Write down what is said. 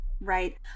right